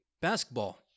basketball